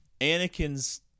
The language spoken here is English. Anakin's